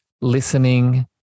Listening